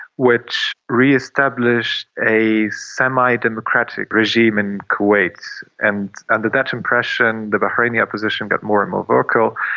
which re-established a semi-democratic regime in kuwait, and under that impression the bahraini opposition got more and more vocal.